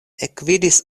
ekvidis